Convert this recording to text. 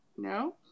No